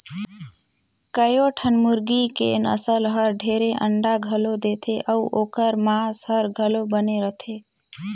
कयोठन मुरगी के नसल हर ढेरे अंडा घलो देथे अउ ओखर मांस हर घलो बने रथे